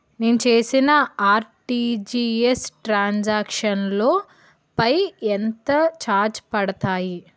నేను చేసిన RTGS transaction లో పై ఎంత చార్జెస్ పడతాయి?